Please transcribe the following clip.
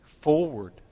forward